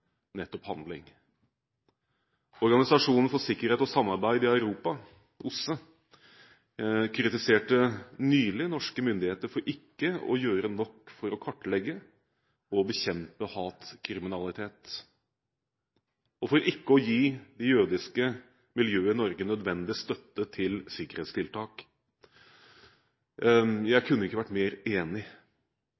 nettopp handling. Organisasjonen for sikkerhet og samarbeid i Europa, OSSE, kritiserte nylig norske myndigheter for ikke å gjøre nok for å kartlegge og bekjempe hatkriminalitet, og for ikke å gi de jødiske miljøene nødvendig støtte til sikkerhetstiltak. Jeg